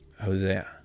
Hosea